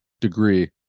degree